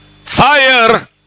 Fire